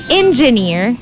engineer